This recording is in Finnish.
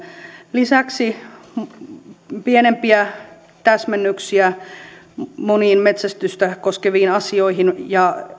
lisäksi on pienempiä täsmennyksiä moniin metsästystä koskeviin asioihin ja